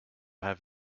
have